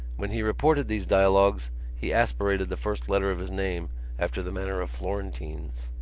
when he reported these dialogues he aspirated the first letter of his name after the manner of florentines.